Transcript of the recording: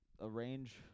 arrange